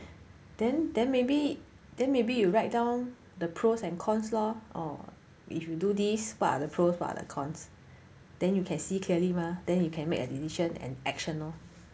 then then maybe then maybe you write down the pros and cons lor or if you do what are the pros what are the cons then you can see clearly mah then you can make a decision and action